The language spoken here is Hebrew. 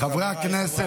מכובדיי כולכם,